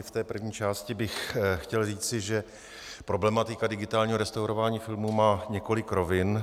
V první části bych chtěl říci, že problematika digitálního restaurování filmů má několik rovin.